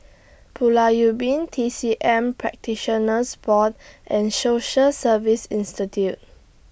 Pulau Ubin T C M Practitioners Board and Social Service Institute